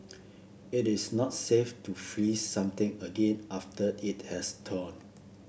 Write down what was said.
it is not safe to freeze something again after it has thawed